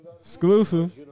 Exclusive